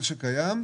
קיים.